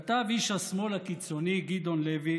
כתב איש השמאל הקיצוני גדעון לוי,